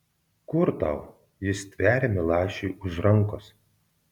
kur tau ji stveria milašiui už rankos